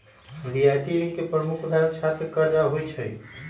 रियायती ऋण के प्रमुख उदाहरण छात्र करजा होइ छइ